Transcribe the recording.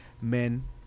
men